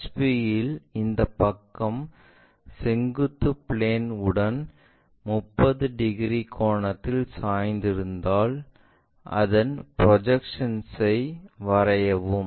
HP யில் இந்த பக்கம் செங்குத்து பிளேன் உடன் 30 டிகிரி கோணத்தில் சாய்ந்திருந்தாள் அதன் ப்ரொஜெக்ஷன்ஐ வரையவும்